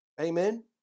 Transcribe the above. Amen